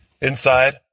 Inside